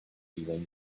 feeling